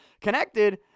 connected